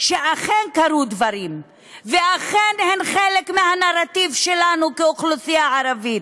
שאכן קרו דברים ואכן הם חלק מהנרטיב שלנו כאוכלוסייה ערבית,